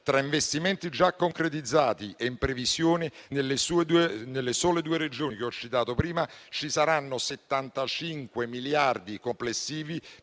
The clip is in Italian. Tra investimenti già concretizzati e in previsione, nelle sole due Regioni che ho citato, ci saranno 75 miliardi complessivi